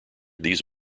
these